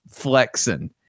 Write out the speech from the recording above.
flexing